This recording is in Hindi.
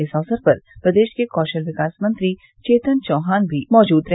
इस अवसर पर प्रदेश के कौशल विकास मंत्री चेतन चौहान भी मौजूद रहे